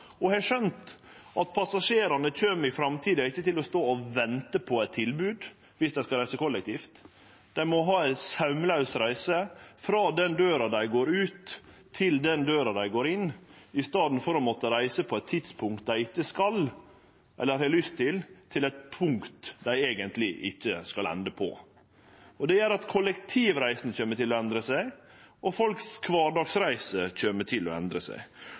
og har skjønt at passasjerane i framtida ikkje kjem til å stå og vente på eit tilbod dersom dei skal reise kollektivt. Dei må ha ei saumlaus reise frå den døra dei går ut gjennom, til den døra dei går inn gjennom, i staden for å måtte reise på eit tidspunkt dei ikkje skal, eller har lyst til, til eit punkt dei eigentleg ikkje skal ende på. Det gjer at kollektivreisene kjem til å endre seg, og kvardagsreisene til folk kjem til å endre seg.